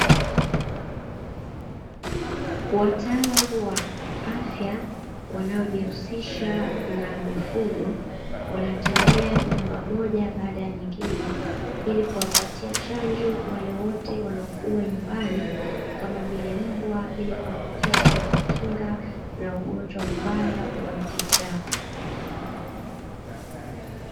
Wataalamu wa afya wanaojihusisha na mifugo wanatembea nyumba moja baada ya nyingine, ili kuwapatia chanjo wale wote wanaofugwa nyumbani, kama vile mbwa, ili kuhakikisha wanawakinga na ugonjwa mbaya wa ukichaa.